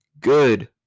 good